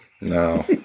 No